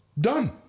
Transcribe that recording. Done